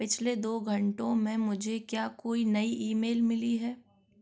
पिछले दो घंटों में मुझे क्या कोई नई ईमेल मिली है